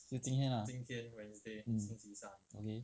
就今天 lah mm okay